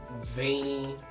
veiny